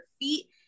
feet